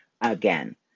again